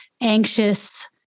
anxious